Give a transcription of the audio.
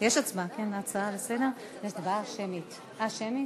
הצבעה שמית.